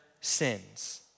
sins